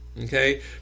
Okay